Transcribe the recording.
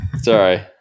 Sorry